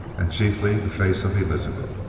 and chiefly, the face of elizabeth.